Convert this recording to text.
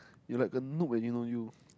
you like the noob leh you know you